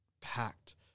packed